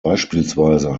beispielsweise